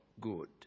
good